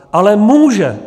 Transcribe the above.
Ale může.